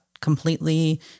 completely